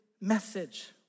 message